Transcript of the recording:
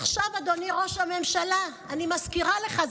עכשיו, אדוני ראש הממשלה, אני מזכירה לך.